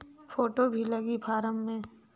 Photo भी लगी फारम मे?